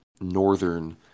northern